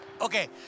Okay